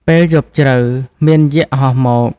ពេលយប់ជ្រៅ មានយក្សហោះមក។